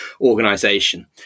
organization